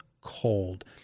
cold